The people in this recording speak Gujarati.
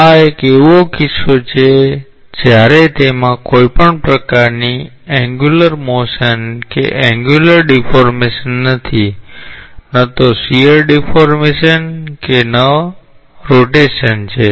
આ એક એવો કિસ્સો છે જ્યારે તેમાં કોઈપણ પ્રકારની એન્ગ્યુલર મોશન કે એન્ગ્યુલર ડીફૉર્મેશન નથી ન તો શીયર ડિફોર્મેશન કે પરિભ્રમણ છે